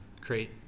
create